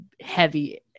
heavy